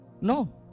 No